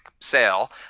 sale